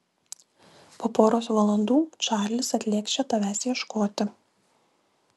po poros valandų čarlis atlėks čia tavęs ieškoti